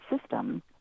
system